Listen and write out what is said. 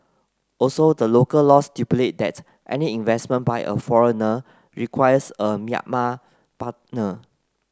also the local laws stipulate that any investment by a foreigner requires a Myanmar partner